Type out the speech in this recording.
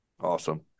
Awesome